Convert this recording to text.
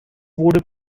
wurde